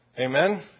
Amen